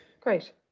great